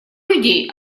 людей